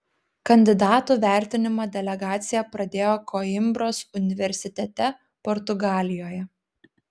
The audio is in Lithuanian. kandidatų vertinimą delegacija pradėjo koimbros universitete portugalijoje